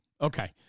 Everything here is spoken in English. Okay